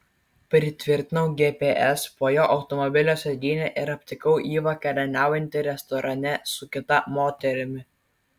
pritvirtinau gps po jo automobilio sėdyne ir aptikau jį vakarieniaujantį restorane su kita moterimi